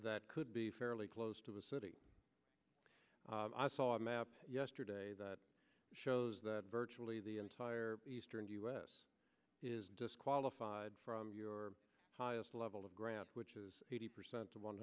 that could be fairly close to the city i saw a map yesterday that shows that virtually the entire eastern u s is disqualified from your highest level of grant which is eighty percent to one